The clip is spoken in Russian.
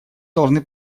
должны